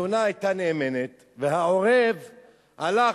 היונה היתה נאמנה והעורב הלך,